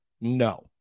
No